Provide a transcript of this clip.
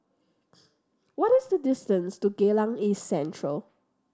what is the distance to Geylang East Central